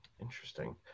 Interesting